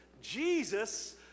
Jesus